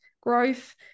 growth